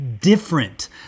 different